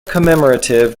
commemorative